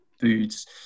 foods